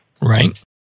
Right